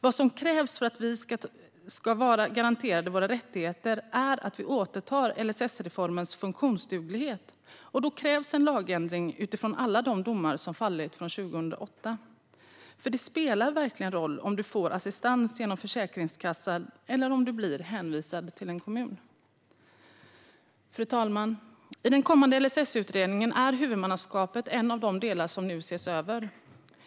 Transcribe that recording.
Vad som krävs för att du ska vara garanterad dina rättigheter är att LSS-reformen återtar sin funktionsduglighet. Då krävs en lagändring utifrån alla de domar som fallit sedan 2008. Det spelar verkligen roll om du får assistans beviljad genom Försäkringskassan eller om du blir hänvisad till en kommun. Fru talman! I den kommande LSS-utredningen är huvudmannaskapet en av de delar som nu ses över.